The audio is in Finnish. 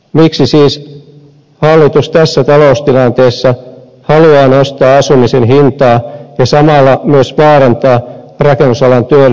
miksi siis hallitus tässä taloustilanteessa haluaa nostaa asumisen hintaa ja samalla myös vaarantaa rakennusalan työllisyyttä